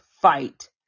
fight